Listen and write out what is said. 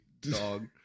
dog